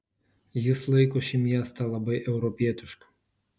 jis laiko šį miestą labai europietišku